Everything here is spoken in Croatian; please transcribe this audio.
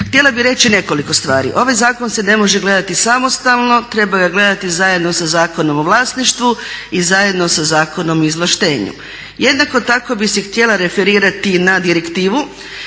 Htjela bih reći nekoliko stvari. Ovaj zakon se ne može gledati samostalno, treba ga gledati zajedno sa Zakonom o vlasništvu i zajedno sa Zakonom o izvlaštenju. Jednako tako bih se htjela referirati na direktivu.